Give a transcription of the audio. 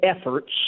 efforts